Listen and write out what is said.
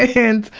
and